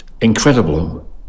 incredible